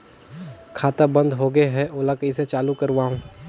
खाता बन्द होगे है ओला कइसे चालू करवाओ?